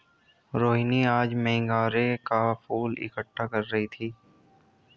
रोहिनी आज मोंगरे का फूल इकट्ठा कर रही थी